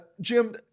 Jim